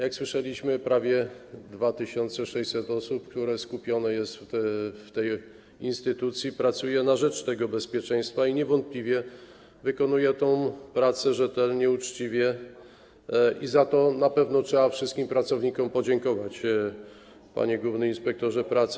Jak słyszeliśmy, prawie 2600 osób, które jest skupione w tej instytucji, pracuje na rzecz tego bezpieczeństwa i niewątpliwie wykonuje tę pracę rzetelnie i uczciwie, i za to na pewno trzeba wszystkim pracownikom podziękować, panie główny inspektorze pracy.